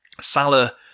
Salah